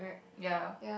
ya